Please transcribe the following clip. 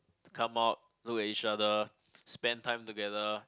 to come out look at each other spend time together